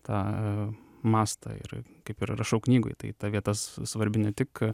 tą mastą ir kaip ir rašau knygoj tai ta vieta svarbi ne tik